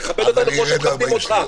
תכבד אותנו כמו שאנחנו מכבדים אותך.